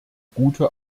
gute